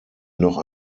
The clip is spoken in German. noch